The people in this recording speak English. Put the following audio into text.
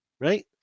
right